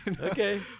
Okay